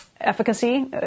efficacy